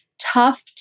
tough